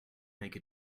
make